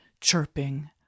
chirping